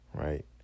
right